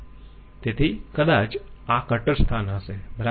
તેથી કદાચ આ કટર સ્થાન હશે બરાબર